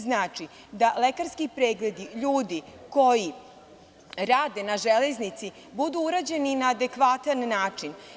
Znači, lekarski pregledi ljudi koji rade na železnici treba da budu urađeni na adekvatan način.